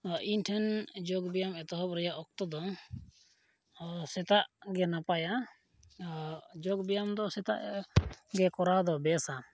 ᱤᱧᱴᱷᱮᱱ ᱡᱳᱜᱽᱵᱮᱭᱟᱢ ᱮᱛᱚᱦᱚᱵ ᱨᱮᱭᱟᱜ ᱚᱠᱛᱚ ᱫᱚ ᱥᱮᱛᱟᱜ ᱜᱮ ᱱᱟᱯᱟᱭᱟ ᱟᱨ ᱡᱚᱜᱽᱵᱮᱭᱟᱢ ᱫᱚ ᱥᱮᱛᱟᱜ ᱜᱮ ᱠᱚᱨᱟᱣ ᱫᱚ ᱵᱮᱥᱟ